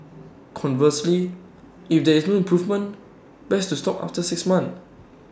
conversely if there is no improvement best to stop after six months